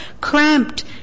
Cramped